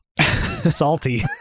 Salty